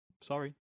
sorry